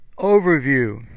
Overview